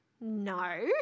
No